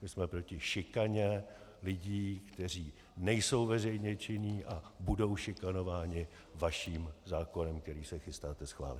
My jsme proti šikaně lidí, kteří nejsou veřejně činní a budou šikanováni vaším zákonem, který se chystáte schválit.